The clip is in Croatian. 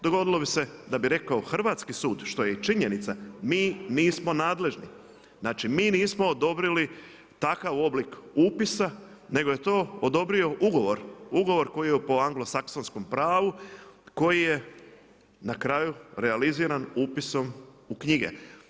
Dogodilo bi se da bi rekao hrvatski sud što je i činjenica, mi nismo nadležni, znači mi nismo odobrili takav obli, upisa nego je to odobrio ugovor, ugovor koji je po anglosaksonskom pravu, koji je na kraju, realiziran upisom u knjige.